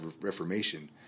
Reformation